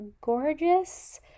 gorgeous